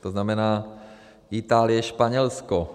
To znamená Itálie, Španělsko.